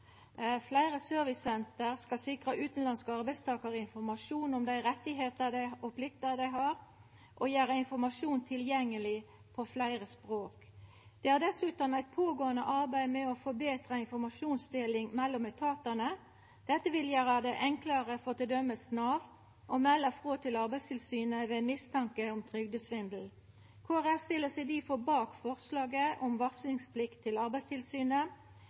Fleire servicesenter skal sikra utanlandske arbeidstakarar informasjon om dei rettane og pliktene dei har, og gjera informasjon tilgjengeleg på fleire språk. Det er dessutan eit kontinuerleg arbeid med å forbetra informasjonsdeling mellom etatane. Dette vil gjera det enklare for t.d. Nav å melda frå til Arbeidstilsynet ved mistanke om trygdesvindel. Kristeleg Folkeparti stiller seg difor bak forslaget om varslingsplikt til Arbeidstilsynet